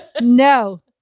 No